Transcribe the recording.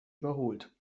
überholt